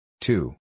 Two